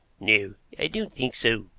no, i don't think so.